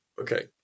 Okay